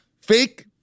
fake